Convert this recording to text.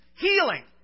healing